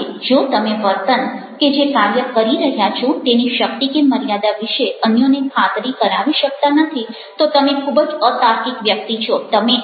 કારણ કે જો તમે વર્તન કે જે કાર્ય કરી રહ્યા છો તેની શક્તિ કે મર્યાદા વિશે અન્યોને ખાતરી કરાવી શકતા નથી તો તમે ખૂબ જ અતાર્કિક વ્યક્તિ છો